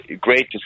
great